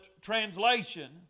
translation